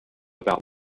about